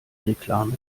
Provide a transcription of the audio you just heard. reklame